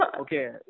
okay